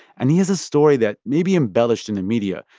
and he has a story that may be embellished in the media.